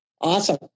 Awesome